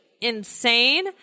Insane